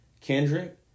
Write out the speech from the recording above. Kendrick